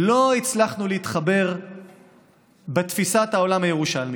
לא הצלחנו להתחבר בתפיסת העולם הירושלמית.